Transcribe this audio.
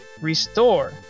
Restore